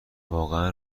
واقعا